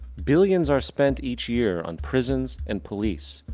billions are spend each year on prisons and police,